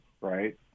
right